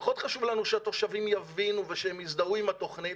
פחות חשוב לנו שהתושבים יבינו ושהם יזדהו עם התוכנית.